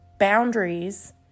boundaries